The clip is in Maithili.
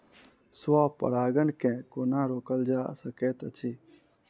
स्व परागण केँ कोना रोकल जा सकैत अछि?